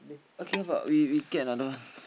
okay but we we get another